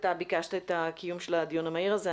אתה ביקשת את קיום הדיון המהיר הזה.